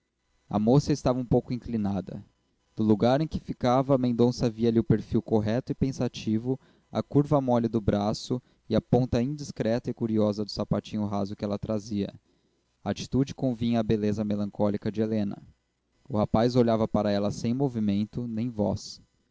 a moça estava um pouco inclinada do lugar em que ficava mendonça vialhe o perfil correto e pensativo a curva mole do braço e a ponta indiscreta e curiosa do sapatinho raso que ela trazia a atitude convinha à beleza melancólica de helena o rapaz olhava para ela sem movimento nem voz